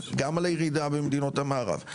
גם על הירידה במדינות המערב,